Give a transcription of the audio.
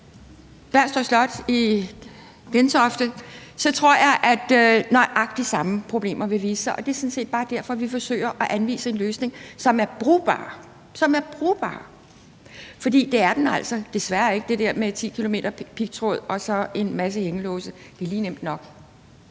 Bernstorff Slot i Gentofte – tror jeg at nøjagtig de samme problemer vil vise sig. Og det er sådan set bare derfor, at vi forsøger at anvise en løsning, som er brugbar – som er brugbar. For det er den løsning med 10 km pigtråd og en masse hængelåse altså desværre ikke.